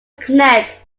connect